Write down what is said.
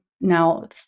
now